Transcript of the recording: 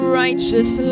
righteous